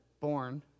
born